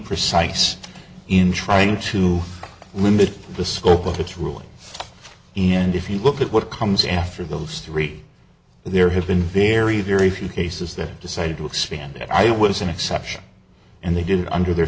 precise in trying to limit the scope of its rulings in and if you look at what comes after those three there has been very very few cases that decided to expand it i was an exception and they did under their